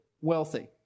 wealthy